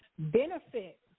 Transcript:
benefit